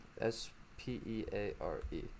s-p-e-a-r-e